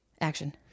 Action